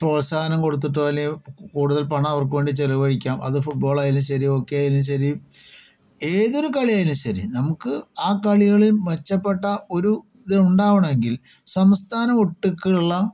പ്രോത്സാഹനം കൊടുത്തിട്ടോ അല്ലെങ്കിൽ കൂടുതൽ പണം അവർക്ക് വേണ്ടി ചെലവഴിക്കാം അത് ഫുട്ബോളായാലും ശരി ഹോക്കി ആയാലും ശരി ഏതൊരു കളിയായാലും ശരി നമുക്ക് ആ കളികളിൽ മെച്ചപ്പെട്ട ഒരു ഇത് ഉണ്ടാവണമെങ്കിൽ സംസ്ഥാനം ഒട്ടുക്കെ ഉള്ള